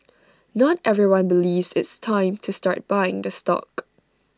not everyone believes it's time to start buying the stock